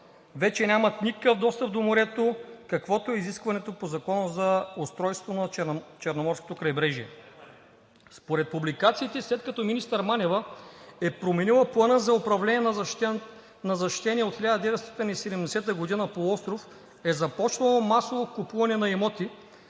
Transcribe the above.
вече нямат никакъв достъп до морето, каквото е изискването по Закона за устройството на Черноморското крайбрежие. Според публикациите, след като министър Манева е променила Плана за управление на защитения от 1970 г. полуостров, е започнало масово купуване на имоти